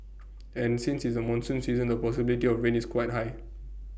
and since it's the monsoon season the possibility of rain is quite high